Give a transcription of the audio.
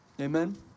amen